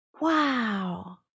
wow